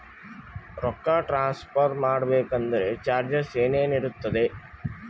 ರೊಕ್ಕ ಟ್ರಾನ್ಸ್ಫರ್ ಮಾಡಬೇಕೆಂದರೆ ಚಾರ್ಜಸ್ ಏನೇನಿರುತ್ತದೆ?